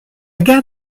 gare